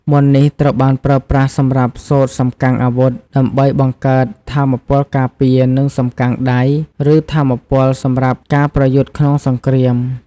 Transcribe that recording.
មន្តនេះត្រូវបានប្រើប្រាស់សម្រាប់សូត្រសំកាំងអាវុធ ដើម្បីបង្កើតថាមពលការពារ និងសំកាំងដៃ ឬថាមពលសម្រាប់ការប្រយុទ្ធក្នុងសង្គ្រាម។